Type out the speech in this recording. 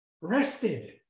rested